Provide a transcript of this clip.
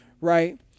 right